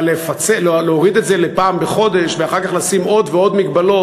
אבל להוריד את זה לפעם בחודש ואחר כך לשים עוד ועוד מגבלות?